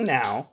now